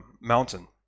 mountain